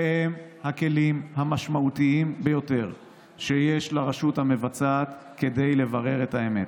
שהם הכלים המשמעותיים ביותר שיש לרשות המבצעת כדי לברר את האמת.